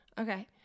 Okay